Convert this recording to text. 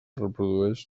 reprodueix